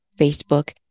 Facebook